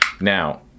now